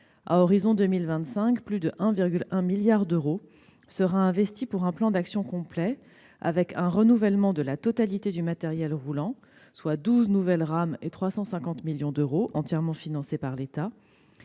l'horizon de 2025, plus de 1,1 milliard d'euros seront investis pour un plan d'action complet comprenant : le renouvellement de la totalité du matériel roulant, soit douze nouvelles rames, pour 350 millions d'euros entièrement financés par l'État,